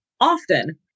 often